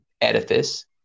edifice